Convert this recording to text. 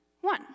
one